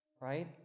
right